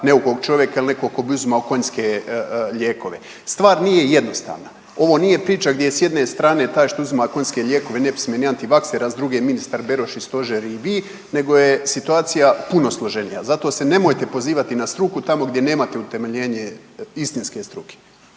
neukog čovjeka ili nekog tko bi uzimao konjske lijekove. Stvar nije jednostavna. Ovo nije priča gdje je s jedne strane taj što uzima konjske lijekove nepismeni antivakser, a s druge je ministar Beroš, i stožer i vi, nego je situacija puno složenija. Zato se nemojte pozivati na struku tamo gdje nemate utemeljenje istinske struke.